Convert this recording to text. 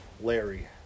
Larry